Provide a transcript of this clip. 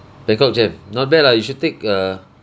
bangkok jam not bad lah you should take err